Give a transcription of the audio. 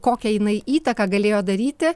kokią jinai įtaką galėjo daryti